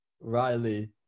Riley